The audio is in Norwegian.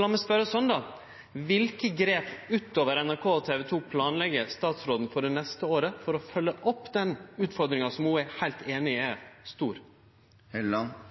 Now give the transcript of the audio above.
La meg spørje sånn: Kva grep utover NRK og TV 2 planlegg statsråden for det neste året for å følgje opp den utfordringa som ho er heilt einig i er